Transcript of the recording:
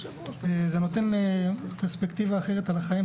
זה נותן לי פרספקטיבה אחרת על החיים,